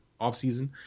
offseason